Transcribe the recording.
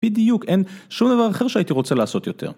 בדיוק, אין שום דבר אחר שהייתי רוצה לעשות יותר.